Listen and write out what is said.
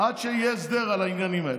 עד שיהיה הסדר על העניינים האלה.